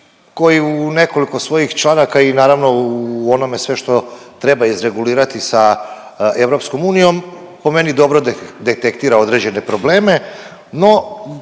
koji u nekoliko svojih članaka i naravno u onome sve što treba izregulirati sa EU po meni dobro detektira određene probleme.